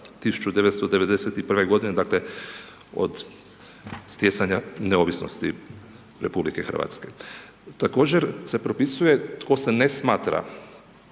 1991. godine, dakle, od stjecanja neovisnosti RH. Također se propisuje tko se ne smatra